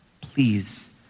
please